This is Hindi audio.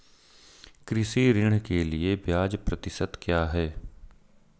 कृषि ऋण के लिए ब्याज प्रतिशत क्या है?